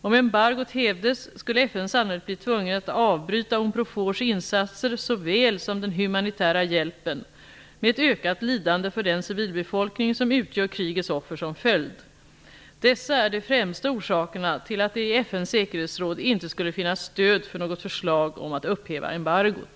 Om embargot hävdes skulle FN sannolikt bli tvunget att avbryta Unprofors insatser såväl som den humanitära hjälpen med ett ökat lidande för den civilbefolkning som utgör krigets offer som följd. Dessa är de främsta orsakerna till att det i FN:s säkerhetsråd inte skulle finnas stöd för något förslag om att upphäva embargot.